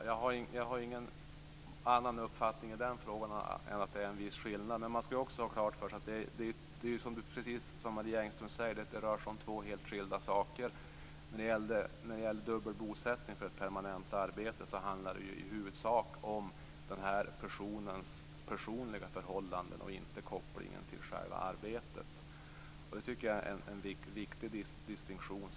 Fru talman! Jag har ingen annan uppfattning i den frågan än att det är en viss skillnad. Men man skall också ha klart för sig att det, precis som Marie Engström säger, rör sig om två helt skilda saker. När det gäller dubbel bosättning på grund av ett permanent arbete handlar det i huvudsak om personens personliga förhållanden och inte om kopplingen till själva arbetet. Det tycker jag är en viktig distinktion.